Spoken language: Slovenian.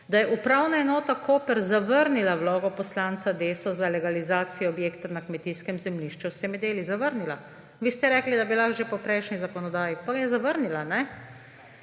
da je Upravna enota Koper zavrnila vlogo poslanca Desusa za legalizacijo objekta na kmetijskem zemljišču v Semedeli. Zavrnila. Vi ste rekli, da bi lahko že po prejšnji zakonodaji, pa je zavrnila. V